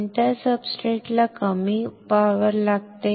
कोणत्या सब्सट्रेटला कमी उर्जा लागते